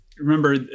Remember